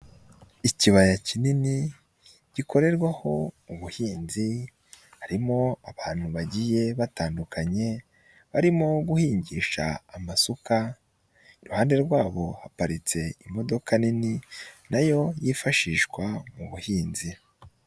Ikibaya kinini gikorerwaho ubuhinzi, harimo abantu bagiye batandukanye, barimo guhingisha amasuka, iruhande rwabo haparitse imodoka nini nayo yifashishwa mu buhinzi.